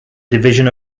division